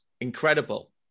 incredible